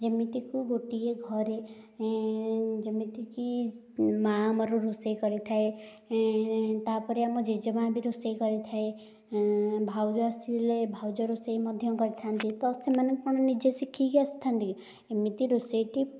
ଯେମିତିକି ଗୋଟିଏ ଘରେ ଯେମିତିକି ମା' ଆମର ରୋଷେଇ କରିଥାଏ ତାପରେ ଆମ ଜେଜେମା' ବି ରୋଷେଇ କରିଥାଏ ଭାଉଜ ଆସିଲେ ଭାଉଜ ରୋଷେଇ ମଧ୍ୟ କରିଥାନ୍ତି ତ ସେମାନେ କ'ଣ ନିଜେ ଶିଖିକି ଆସିଥାନ୍ତି କି ଏମିତି ରୋଷେଇଟି